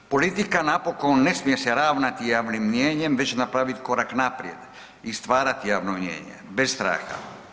Politika napokon ne smije se ravnati javnim mnijenjem već napraviti korak naprijed i stvarati javno mnijenje, bez straha.